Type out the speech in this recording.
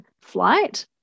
flight